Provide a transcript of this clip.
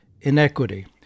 inequity